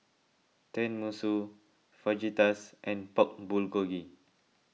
Tenmusu Fajitas and Pork Bulgogi